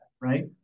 right